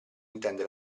intende